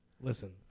Listen